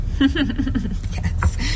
Yes